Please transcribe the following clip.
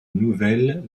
nouvelle